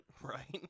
Right